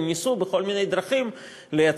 אלא הם ניסו בכל מיני דרכים לייצר